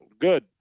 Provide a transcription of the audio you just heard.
Good